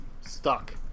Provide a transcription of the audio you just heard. stuck